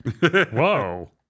whoa